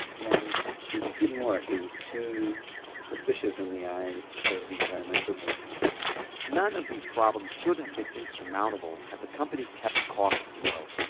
and it didn't work. it was too suspicious in the eyes of the environmental movement none of these problems should have been insurmountable had the company kept costs low.